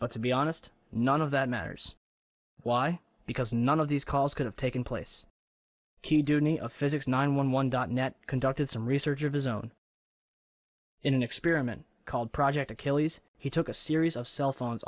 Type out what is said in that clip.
but to be honest none of that matters why because none of these calls could have taken place to do any of physics nine one one dot net conducted some research of his own in an experiment called project achilles he took a series of cell phones